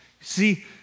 See